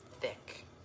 thick